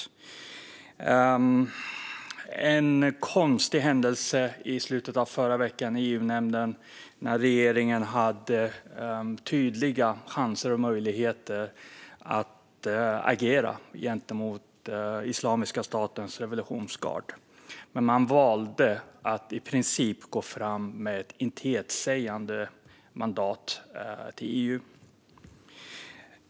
Det var en konstig händelse i EU-nämnden i slutet av förra veckan. Då hade regeringen tydliga chanser och möjligheter att agera gentemot den islamiska statens revolutionsgarde, men man valde i princip att gå fram med ett intetsägande mandat till EU.